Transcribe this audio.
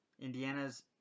Indiana's